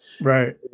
Right